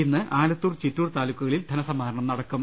ഇന്ന് ആലത്തൂർ ചിറ്റൂർ താലൂക്കുകളിൽ ധനസമാഹരണം നടക്കും